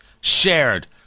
shared